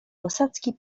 posadzki